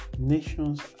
nations